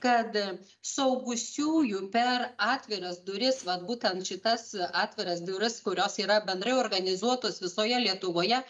kad saugusiųjų per atviras duris vat būtent šitas atviras duris kurios yra bendrai organizuotos visoje lietuvoje